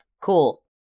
Cool